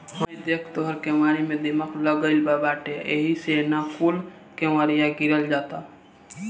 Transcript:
हइ देख तोर केवारी में दीमक लाग गइल बाटे एही से न कूल केवड़िया गिरल जाता